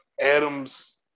Adams